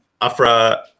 Afra